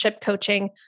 coaching